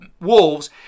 wolves